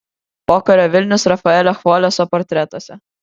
pokario vilnius rafaelio chvoleso portretuose